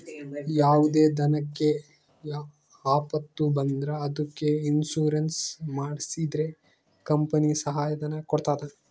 ಯಾವುದೇ ದನಕ್ಕೆ ಆಪತ್ತು ಬಂದ್ರ ಅದಕ್ಕೆ ಇನ್ಸೂರೆನ್ಸ್ ಮಾಡ್ಸಿದ್ರೆ ಕಂಪನಿ ಸಹಾಯ ಧನ ಕೊಡ್ತದ